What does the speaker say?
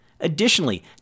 Additionally